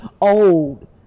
old